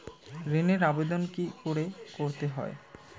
ঋণের আবেদন কি করে করতে হয়?